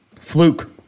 Fluke